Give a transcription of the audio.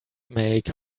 make